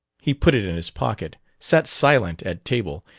he put it in his pocket, sat silent at table,